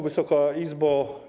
Wysoka Izbo!